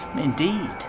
Indeed